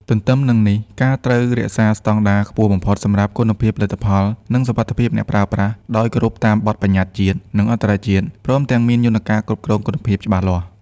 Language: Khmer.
ទន្ទឹមនឹងនេះការត្រូវ រក្សាស្តង់ដារខ្ពស់បំផុតសម្រាប់គុណភាពផលិតផល និងសុវត្ថិភាពអ្នកប្រើប្រាស់ ដោយគោរពតាមបទប្បញ្ញត្តិជាតិ និងអន្តរជាតិ ព្រមទាំងមានយន្តការគ្រប់គ្រងគុណភាពច្បាស់លាស់។